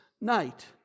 night